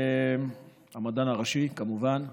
המדען הראשי, כמובן,